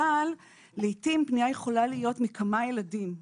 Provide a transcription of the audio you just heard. אבל לעתים פנייה יכולה מכמה ילדים,